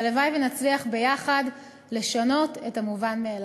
הלוואי שנצליח ביחד לשנות למובן מאליו.